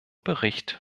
bericht